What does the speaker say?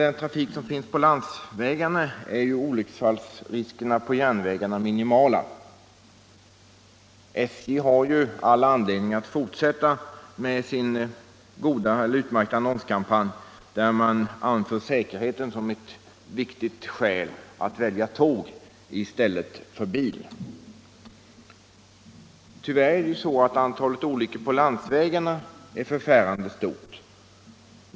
Olycksfallsriskerna på järnvägen är minimala jämfört med landsvägstrafiken. SJ har all anledning att fortsätta med sin annonskampanj, där man anför säkerheten som ett viktigt skäl att välja tåg i stället för bil. Tyvärr är olyckorna på landsvägarna förfärande många.